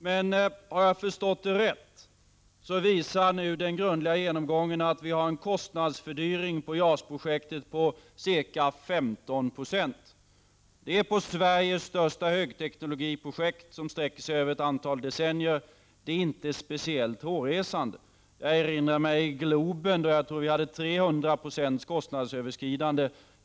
Men om jag har förstått det rätt visar den grundliga genomgången att vi nu har en kostnadsfördyring av JAS-projektet på ca 15 0. Det är, när det gäller Sveriges största högteknologiprojekt, som sträcker sig över ett antal decennier, inte speciellt hårresande. Jag erinrar mig Globen, där jag tror att det blev ett kostnadsöverskridande på 300 96.